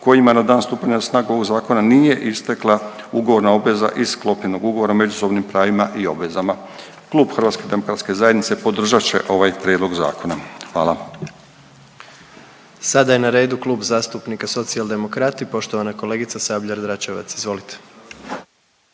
kojima na dan stupanja na snagu ovog zakona nije istekla ugovorna obveza iz sklopljenog ugovora o međusobnim pravima i obvezama. Klub Hrvatske demokratske zajednice podržat će ovaj prijedlog zakona. Hvala. **Jandroković, Gordan (HDZ)** Sada je na redu Klub zastupnika Socijaldemokrati poštovana kolegica Sabljar-Dračevac. Izvolite.